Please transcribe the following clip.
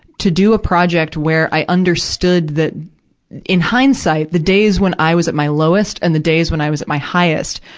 to do a project where i understood that in hindsight, the days when i was at my lowest and the days when i was at my highest,